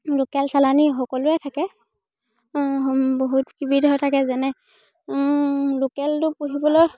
local চালানী সকলোৱে থাকে বহুত কেইবিধৰ থাকে যেনে লোকেলটো পুহিবলৈ